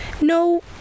No